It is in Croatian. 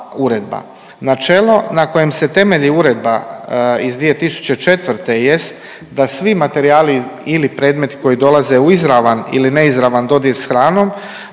Načelo na kojem se temelji Uredba iz 2004. jest da svi materijali ili predmeti koji dolaze u izravan ili neizravan dodir s hranom